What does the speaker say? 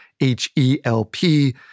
H-E-L-P